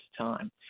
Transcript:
time